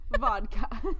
vodka